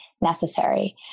necessary